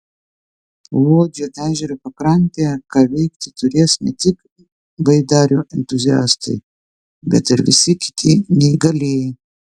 luodžio ežero pakrantėje ką veikti turės ne tik baidarių entuziastai bet ir visi kiti neįgalieji